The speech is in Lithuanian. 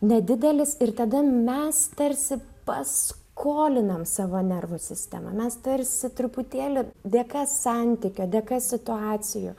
nedidelis ir tada mes tarsi paskolinam savo nervų sistemą mes tarsi truputėlį dėka santykio dėka situacijų